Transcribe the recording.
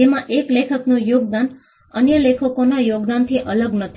જેમાં એક લેખકનું યોગદાન અન્ય લેખકોના યોગદાનથી અલગ નથી